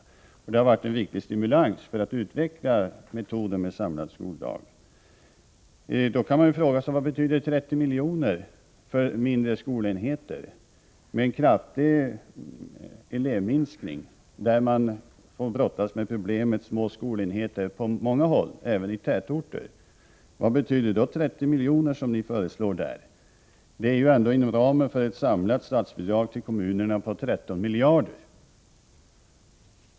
Dessa pengar har varit en viktig stimulans för kommunerna när det gäller att utveckla metoder för samlad skoldag. Man kan fråga sig vad 30 miljoner betyder för mindre skolenheter med en kraftig elevminskning. Problemen med små skolenheter får man brottas med på många håll, även i tätorter. Vad betyder 30 miljoner, som ni föreslår? Det är ändå inom ramen för ett samlat statsbidrag till kommunerna på 13 miljarder.